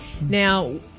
Now